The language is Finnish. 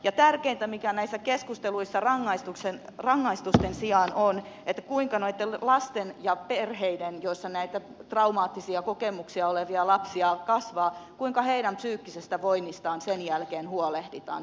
ja tärkeintä näissä keskusteluissa rangaistusten sijaan on kuinka näitten lasten ja perheiden joissa näitä traumaattisia kokemuksia omaavia lapsia kasvaa psyykkisestä voinnista sen jälkeen huolehditaan